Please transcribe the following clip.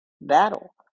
battle